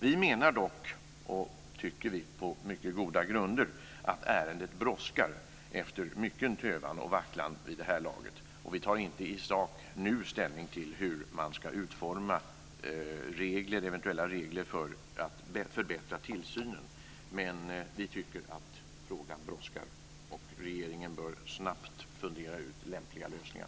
Vi menar dock, på mycket goda grunder tycker vi, att ärendet brådskar efter mycken tövan och vacklan vid det här laget. Vi tar inte i sak nu ställning till hur man ska utforma eventuella regler för att förbättra tillsynen. Men vi tycker att frågan brådskar, och regeringen bör snabbt fundera ut lämpliga lösningar.